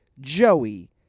Joey